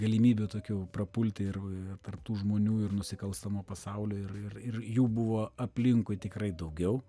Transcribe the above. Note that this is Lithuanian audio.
galimybių tokių prapulti ir tarp tų žmonių ir nusikalstamo pasaulio ir ir ir jų buvo aplinkui tikrai daugiau